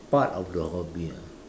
part of your hobby ah